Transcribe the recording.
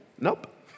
Nope